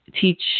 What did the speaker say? teach